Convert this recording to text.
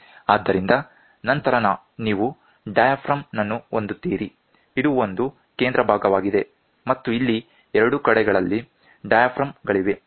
ಆದ್ದರಿಂದ ನಂತರ ನೀವು ಡಯಾಫ್ರಾಮ್ ನನ್ನು ಹೊಂದುತ್ತೀರಿ ಇದು ಒಂದು ಕೇಂದ್ರ ಭಾಗವಾಗಿದೆ ಮತ್ತು ಇಲ್ಲಿ ಎರಡೂ ಕಡೆಗಳಲ್ಲಿ ಡಯಾಫ್ರಾಮ್ ಗಳಿವೆ